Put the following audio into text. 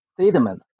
statement